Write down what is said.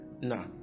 nah